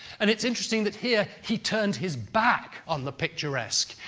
and it's interesting that here, he turned his back on the picturesque,